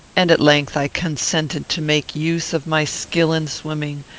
and at length i consented to make use of my skill in swimming,